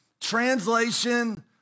translation